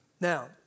Now